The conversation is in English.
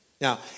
Now